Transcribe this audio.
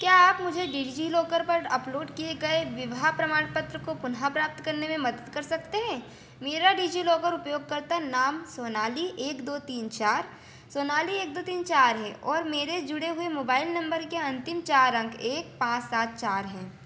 क्या आप मुझे डिज़िलॉकर पर अपलोड किए गए विवाह प्रमाणपत्र को पुनः प्राप्त करने में मदद कर सकते हैं मेरा डिज़िलॉकर उपयोगकर्ता नाम सोनाली एक दो तीन चार सोनाली एक दो तीन चार है और मेरे जुड़े हुए मोबाइल नम्बर के अन्तिम चार अंक एक पाँच सात चार हैं